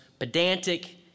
pedantic